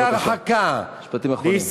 צווי הרחקה, משפטים אחרונים.